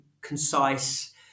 concise